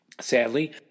sadly